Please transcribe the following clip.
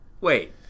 Wait